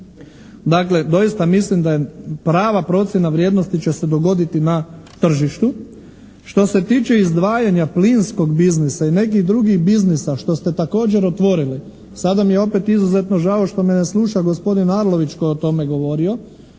Dakle, doista mislim da je prava procjena će se dogoditi na tržištu. Što se tiče izdvajanja plinskog biznisa i nekih drugih biznisa što ste također otvorili, sada mi je opet izuzetno žao što me ne sluša gospodin Arlović koji je o tome govorio.